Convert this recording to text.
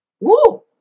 Woo